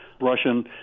Russian